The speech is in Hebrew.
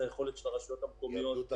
יכללו יותר רשויות בפיצוי הזה --- אני בטוח שאתה